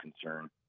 concern